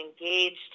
engaged